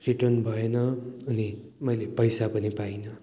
return भएन अनि मैले पैसा पनि पाइनँ